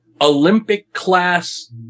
Olympic-class